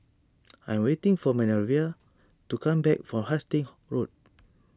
I'm waiting for Manervia to come back from Hastings Road